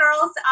girls